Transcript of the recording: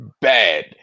bad